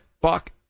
Buck